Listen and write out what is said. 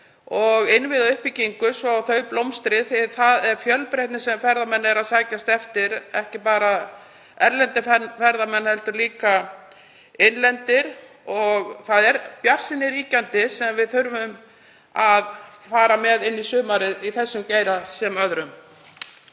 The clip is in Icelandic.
innviðauppbyggingu svo þau blómstri, því að það er fjölbreytni sem ferðamenn eru að sækjast eftir, ekki bara erlendir ferðamenn heldur líka innlendir. Það ríkir bjartsýni sem við þurfum að fara með inn í sumarið í þessum geira sem öðrum.